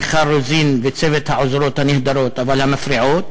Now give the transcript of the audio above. של מיכל רוזין וצוות העוזרות הנהדרות אבל המפריעות,